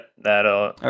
that'll